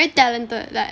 talented like